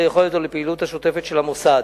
יכולת או לפעילות השוטפת של המוסד.